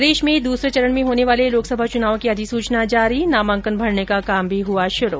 प्रदेश में दूसरे चरण में होने वाले लोकसभा चुनाव की अधिसूचना जारी नामांकन भरने का काम भी हुआ शुरू